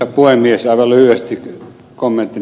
aivan lyhyesti kommenttina ed